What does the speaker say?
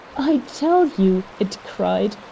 i tell you, it cried,